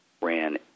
ran